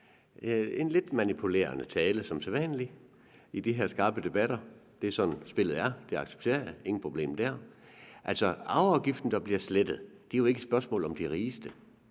en lidt manipulerende tale, som det sædvanligvis er i de her skarpe debatter. Men det er sådan, spillet er, det accepterer jeg, der er intet problem i det. Altså, når det gælder arveafgiften, der bliver slettet, er det jo ikke et spørgsmål om de rigeste.